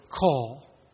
call